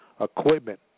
equipment